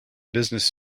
business